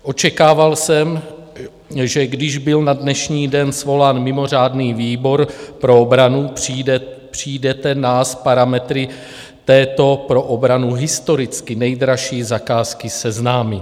Očekával jsem, že když byl na dnešní den svolán mimořádný výbor pro obranu, přijdete nás s parametry této pro obranu historicky nejdražší zakázky seznámit.